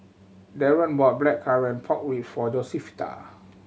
Deron bought blackcurrant pork rib for Josefita